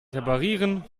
reparieren